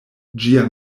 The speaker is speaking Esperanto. ĝia